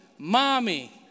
Mommy